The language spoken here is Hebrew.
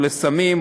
או לסמים,